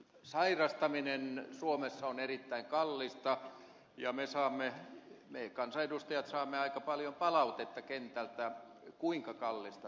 sairastaminen suomessa on erittäin kallista ja me kansanedustajat saamme aika paljon palautetta kentältä kuinka kallista se on